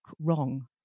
wrong